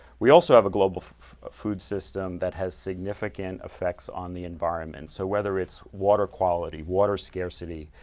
we also have a global food system that has significant effects on the environment, so whether it's water quality, water scarcity,